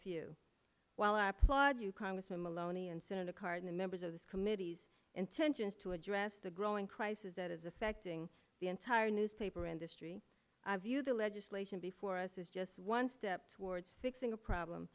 few while i applaud you congressman maloney and senator cardin the members of this committee's intentions to address the growing crisis that is affecting the entire newspaper industry i view the legislation before us is just one step towards fixing a problem